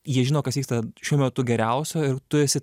jie žino kas vyksta šiuo metu geriausio ir tu esi